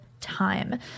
time